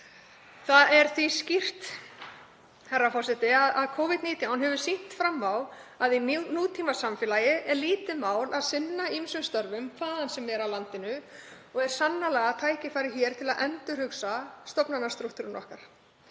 herra forseti, að Covid-19 hefur sýnt fram á að í nútímasamfélagi er lítið mál að sinna ýmsum störfum hvaðan sem er af landinu og er sannarlega tækifæri til að endurhugsa stofnanastrúktúrinn okkar.